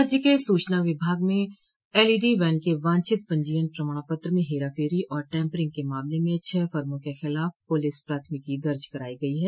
राज्य के सूचना विभाग में एलईडी वैन के वांछित पंजीयन प्रमाण पत्र में हेराफेरी और टैम्परिंग के मामले में छह फर्मो के खिलाफ पुलिस प्राथमिकी दर्ज कराई गई है